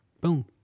Boom